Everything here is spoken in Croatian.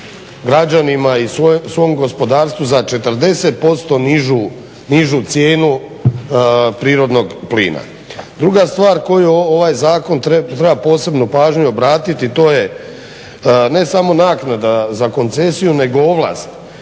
građanima i svom gospodarstvu za 40% nižu cijenu prirodnog plina. Druga stvar koju u ovom zakonu treba posebnu pažnju obratiti to je ne samo naknada za koncesiju nego ovlast